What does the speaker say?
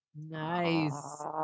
Nice